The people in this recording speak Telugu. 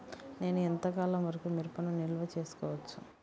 నేను ఎంత కాలం వరకు మిరపను నిల్వ చేసుకోవచ్చు?